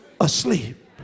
asleep